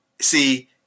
See